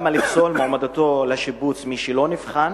למה לפסול מועמדותו לשיבוץ של מי שלא נבחן?